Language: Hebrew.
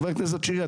חבר הכנסת שירי,